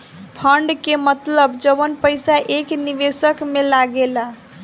fund के मतलब जवन पईसा एक निवेशक में लागेला